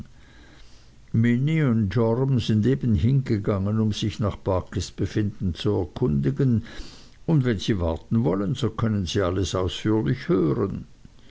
joram sind eben hingegangen um sich nach barkis befinden zu erkundigen und wenn sie warten wollen so können sie alles ausführlich hören